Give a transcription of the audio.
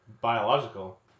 biological